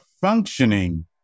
functioning